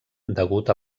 degut